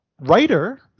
writer